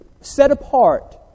set-apart